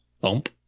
bump